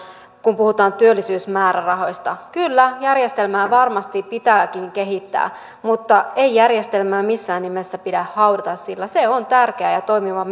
kun puhutaan työllisyysmäärärahoista kyllä järjestelmää varmasti pitääkin kehittää mutta ei järjestelmää missään nimessä pidä haudata sillä se on tärkeä ja toimiva